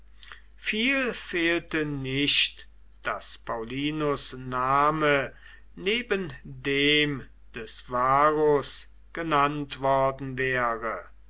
viel fehlte nicht daß paullinus name neben dem des varus genannt worden wäre